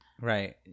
right